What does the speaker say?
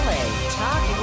Talk